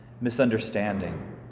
misunderstanding